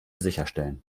sicherstellen